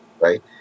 right